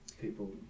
people